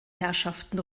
herrschaften